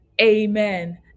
Amen